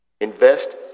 invest